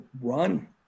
run